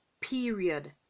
period